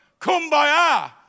kumbaya